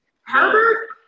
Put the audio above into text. Herbert